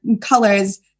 colors